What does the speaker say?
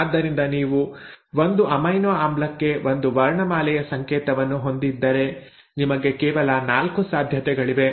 ಆದ್ದರಿಂದ ನೀವು ಒಂದು ಅಮೈನೊ ಆಮ್ಲಕ್ಕೆ ಒಂದು ವರ್ಣಮಾಲೆಯ ಸಂಕೇತವನ್ನು ಹೊಂದಿದ್ದರೆ ನಿಮಗೆ ಕೇವಲ 4 ಸಾಧ್ಯತೆಗಳಿವೆ